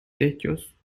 techos